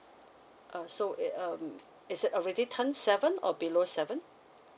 uh so it um is it already turn seven or below seven